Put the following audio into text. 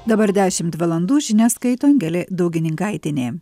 dabar dešimt valandų žinias skaito angelė daugininkaitienė